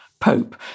Pope